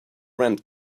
rent